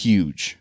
Huge